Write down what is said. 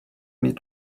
meet